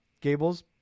Gables